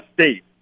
State